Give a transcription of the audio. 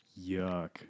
Yuck